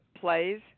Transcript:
plays